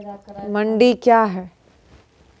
मंडी क्या हैं?